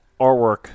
artwork